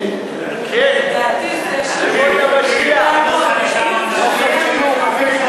כן, ימות המשיח הגיעו.